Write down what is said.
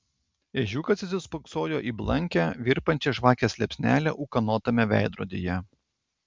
ežiukas įsispoksojo į blankią virpančią žvakės liepsnelę ūkanotame veidrodyje